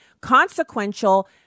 consequential